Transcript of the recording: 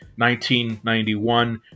1991